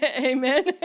Amen